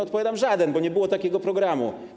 Odpowiadam: żaden, bo nie było takiego programu.